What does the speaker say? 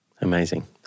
Amazing